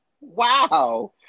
Wow